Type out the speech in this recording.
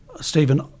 Stephen